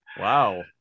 Wow